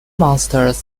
monsters